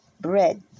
bread